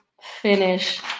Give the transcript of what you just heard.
finish